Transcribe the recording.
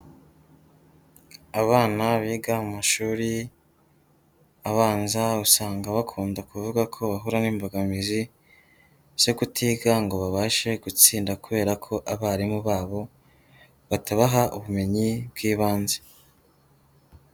Abana biga mu mashuri abanza, usanga bakunda kuvuga ko bahura n'imbogamizi zo kutiga ngo babashe gutsinda kubera ko abarimu babo batabaha ubumenyi bw'ibanze.